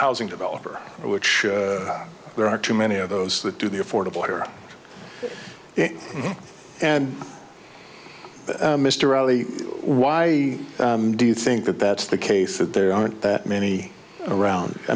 housing developer which there are too many of those that do the affordable care and mr ali why do you think that that's the case that there aren't that many around i